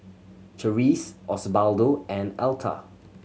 Charisse Osbaldo and Alta